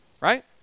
right